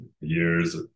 years